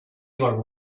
ever